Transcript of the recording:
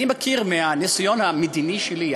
אני מכיר מהניסיון המדיני שלי,